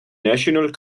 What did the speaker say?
national